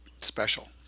special